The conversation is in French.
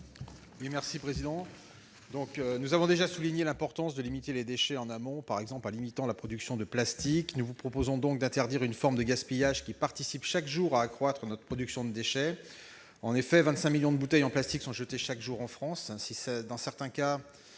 M. Éric Gold. Nous avons déjà souligné l'importance de limiter les déchets en amont, par exemple en limitant la production de plastique. Nous vous proposons donc d'interdire une forme de gaspillage qui participe chaque jour à accroître notre production de déchets. En effet, 25 millions de bouteilles en plastique sont jetées chaque jour en France.